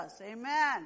Amen